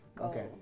Okay